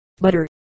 butter